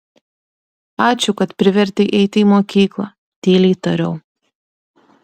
ačiū kad privertei eiti į mokyklą tyliai tariau